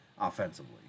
offensively